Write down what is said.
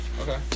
Okay